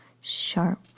sharp